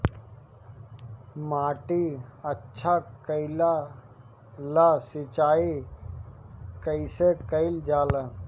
माटी अच्छा कइला ला सिंचाई कइसे कइल जाला?